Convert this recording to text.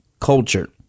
culture